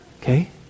Okay